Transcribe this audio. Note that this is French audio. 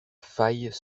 failles